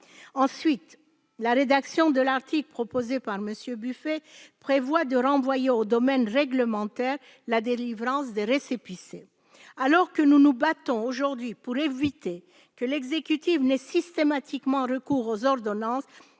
Ensuite, la rédaction de l'article proposée par M. Buffet renvoie au domaine réglementaire la délivrance des récépissés. Alors que nous nous battons aujourd'hui pour éviter que l'exécutif n'ait systématiquement recours aux ordonnances,